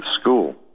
school